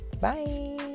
Bye